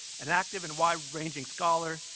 an active and wide-ranging scholar,